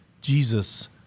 jesus